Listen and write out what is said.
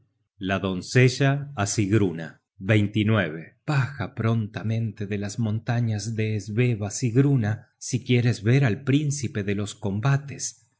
la doncella á sigruna baja prontamente de las montañas de sveva sigruna si quieres ver al príncipe de los combates